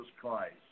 Christ